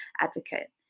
advocate